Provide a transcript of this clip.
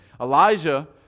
Elijah